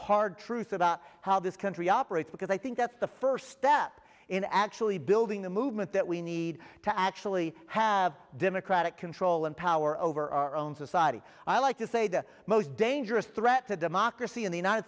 hard truths about how this country operates because i think that the first step in actually building the movement that we need to actually have democratic control and power over our own society i like to say the most dangerous threat to democracy in the united